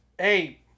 hey